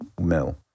mill